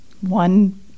one